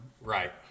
right